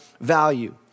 value